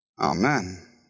Amen